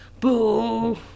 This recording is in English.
Boo